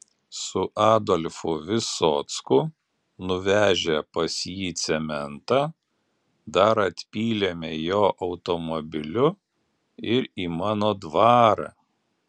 su adolfu visocku nuvežę pas jį cementą dar atpylėme jo automobiliu ir į mano dvarą